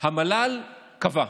המל"ל קבע.